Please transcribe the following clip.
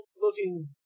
looking